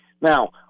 Now